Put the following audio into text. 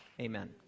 Amen